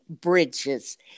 Bridges